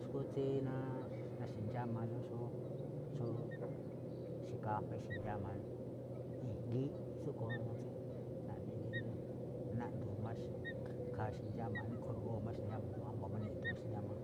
Xu̱kú tsí ná ixe̱ ndxámlóꞌ xó xó, ixe̱ kafée ixe̱ ndxáma, i̱ngi̱íꞌ tsúꞌkhue̱n juun tsí naꞌne rí naꞌdu̱u̱n máꞌ ikhaa ixe̱ ndxáma, niꞌkho̱ ro̱ꞌoo̱ má ixe̱ ndxáma, wámba̱ máꞌ niꞌdu̱u̱n ixe̱ ndxáma,